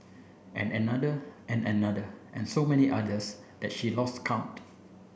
and another and another and so many others at she lost count